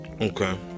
Okay